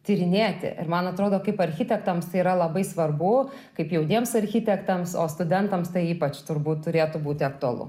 tyrinėti ir man atrodo kaip architektams yra labai svarbu kaip jauniems architektams o studentams tai ypač turbūt turėtų būt aktualu